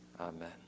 Amen